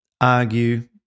argue